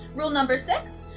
rule number six,